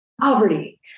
poverty